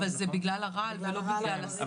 אבל זה בגלל הרעל ולא בגלל הסם.